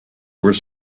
were